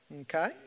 Okay